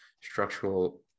structural